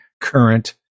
current